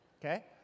okay